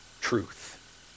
truth